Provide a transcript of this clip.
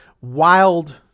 wild